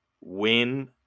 win